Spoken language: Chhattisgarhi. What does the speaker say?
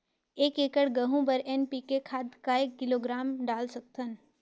एक एकड़ गहूं बर एन.पी.के खाद काय किलोग्राम डाल सकथन?